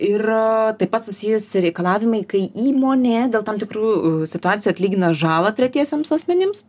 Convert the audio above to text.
ir taip pat susijusi reikalavimai kai įmonė dėl tam tikrų situacijų atlygina žalą tretiesiems asmenims